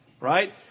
Right